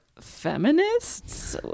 feminists